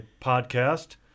podcast